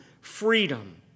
freedom